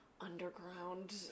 underground